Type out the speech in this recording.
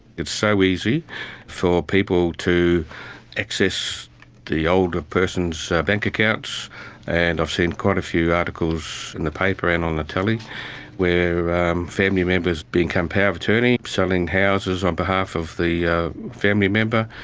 it's so easy for people to access the older person's bank accounts and i've seen quite a few articles in the paper and on the telly where family members become power of attorney, selling houses on behalf of the family member,